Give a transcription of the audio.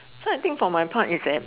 so I think for my part is that